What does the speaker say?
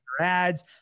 ads